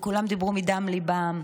וכולם דיברו מדם ליבם.